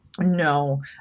No